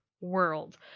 world